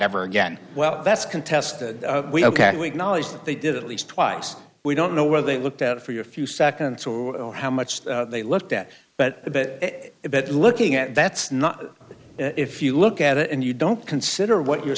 ever again well that's contested ok week knowledge that they did at least twice we don't know where they looked at for your few seconds or how much they looked at but it looking at that's not if you look at it and you don't consider what you're